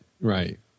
Right